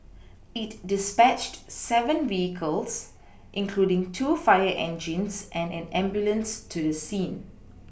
it dispatched seven vehicles including two fire engines and an ambulance to the scene